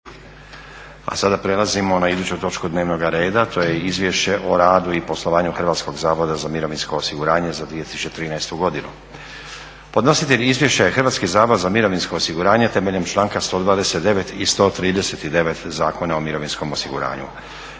A sada prelazimo na iduću točku dnevnoga reda. To je - Izvješće o radu i poslovanju Hrvatskog zavoda za mirovinsko osiguranje za 2013. godinu Podnositelj izvješća je Hrvatski zavod za mirovinsko osiguranje temeljem članka 129. i 139. Zakona o mirovinskom osiguranju.